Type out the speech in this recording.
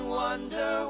wonder